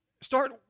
start